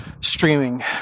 streaming